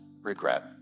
regret